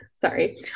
Sorry